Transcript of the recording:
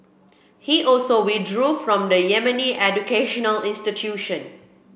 he also withdrew from the Yemeni educational institution